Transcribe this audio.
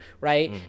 right